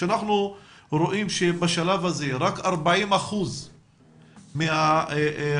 אנחנו רואים שבשלב הזה רק 40 אחוזים מהפעוטות,